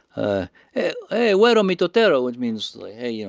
ah huera mitotero, which means like hey, yeah